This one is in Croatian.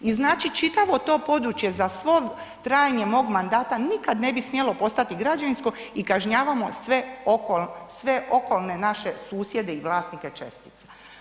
I znači čitavo područje za svo trajanje mog mandata nikad ne bi smjelo postati građevinsko i kažnjavamo sve oko, sve okolne naše susjede i vlasnike čestica.